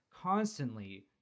constantly